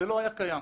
זה לא היה קיים.